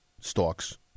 stalks